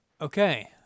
Okay